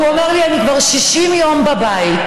הוא אומר לי: אני כבר 60 יום בבית.